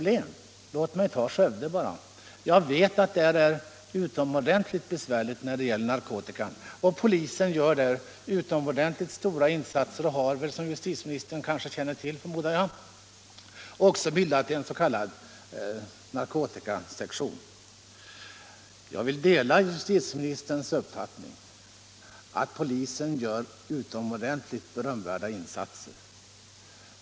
Låt mig bara ta Skövde som exempel. Jag vet att där är utomordentligt besvärligt när det gäller narkotika. Polisen gör utomordentligt stora insatser och det har, som justitieministern kanske känner till, också bildats en s.k. narkotikasektion. Jag delar justitieministerns uppfattning att polisen gör verkligt berömvärda insatser.